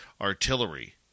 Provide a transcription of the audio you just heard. artillery